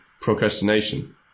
procrastination